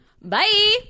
Bye